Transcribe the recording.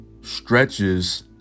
stretches